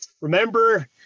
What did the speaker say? remember